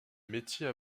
métiers